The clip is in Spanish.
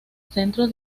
centro